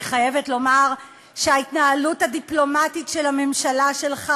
אני חייבת לומר שההתנהלות הדיפלומטית של הממשלה שלך